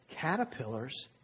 caterpillars